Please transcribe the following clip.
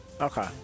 okay